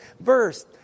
verse